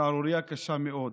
שערורייה קשה מאוד: